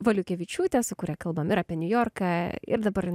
valiukevičiūtė su kuria kalbam ir apie niujorką ir dabar